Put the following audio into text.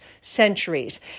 centuries